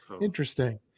Interesting